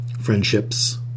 friendships